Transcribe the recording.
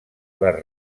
les